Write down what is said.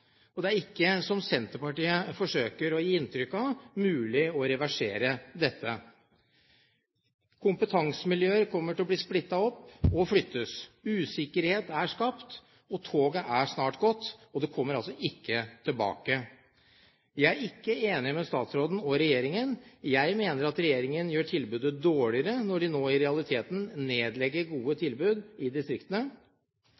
dag. Det er ikke, som Senterpartiet forsøker å gi inntrykk av, mulig å reversere dette. Kompetansemiljøer kommer til å bli splittet opp og flyttes. Usikkerhet er skapt. Toget er snart gått, og det kommer altså ikke tilbake. Jeg er ikke enig med statsråden og regjeringen. Jeg mener at regjeringen gjør tilbudet dårligere når de nå i realiteten nedlegger gode